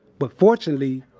but fortunately,